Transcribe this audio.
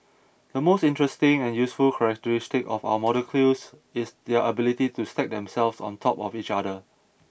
the most interesting and useful characteristic of our molecules is their ability to stack themselves on top of each other